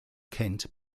kent